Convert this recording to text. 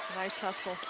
nice hustle.